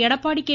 Edappadi K